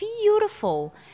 beautiful